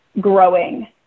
growing